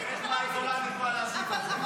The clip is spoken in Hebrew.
איך מאי גולן יכולה להשיב על זה?